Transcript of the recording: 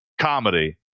comedy